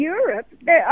Europe